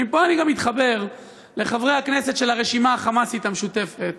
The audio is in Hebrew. ומפה אני גם מתחבר לחברי הכנסת של הרשימה החמאסית המשותפת,